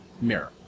mirror